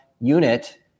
unit